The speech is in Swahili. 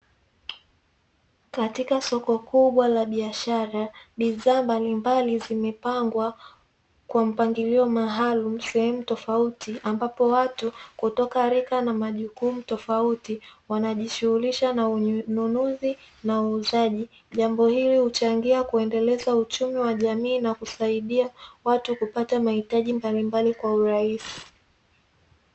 Katika soko kubwa la biashara, bidhaa mbalimbali zimepangwa kwa mpangilio maalumu sehemu tofauti, ambapo watu kutoka rika na majukumu tofauti wanajishughulisha na ununuzi na uuzaji. Jambo hili huchangia kuendeleza uchumi wa jamii na kusaidia watu kupata mahitaji mbalimbali kwa urahisi.